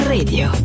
Radio